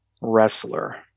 wrestler